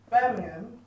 Birmingham